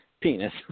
penis